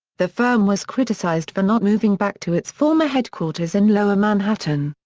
the firm was criticized for not moving back to its former headquarters in lower manhattan.